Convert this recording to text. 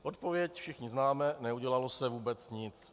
Odpověď všichni známe neudělalo se vůbec nic.